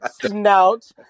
Snout